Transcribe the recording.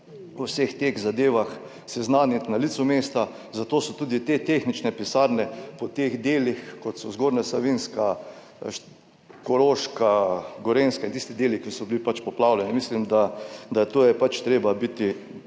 o vseh teh zadevah seznaniti na licu mesta, zato so tudi te tehnične pisarne po teh delih, kot so Zgornja Savinjska, Koroška, Gorenjska, in tisti deli, ki so bili poplavljeni, in mislim, da tu je treba biti